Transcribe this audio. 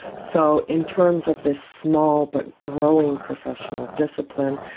so in terms of this small but growing professional discipline,